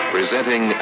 Presenting